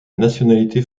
nationalité